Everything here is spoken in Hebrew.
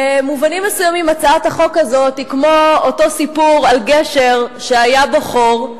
במובנים מסוימים הצעת החוק הזאת היא כמו אותו סיפור על גשר שהיה בו חור,